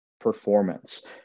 performance